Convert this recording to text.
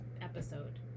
episode